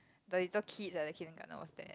the little kids at the kindergarten was there